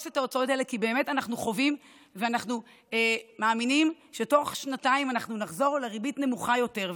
כי אנחנו באמת מאמינים שתוך שנתיים אנחנו נחזור לריבית נמוכה יותר.